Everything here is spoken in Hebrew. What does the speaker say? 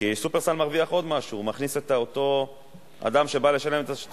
במזומן או בצ'ק בעד טובין או שירותים מפוקחים,